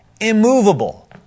immovable